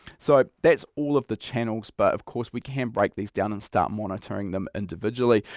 so that's all of the channels but of course we can break these down and start monitoring them individually.